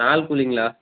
நாள் கூலிங்களா